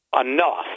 enough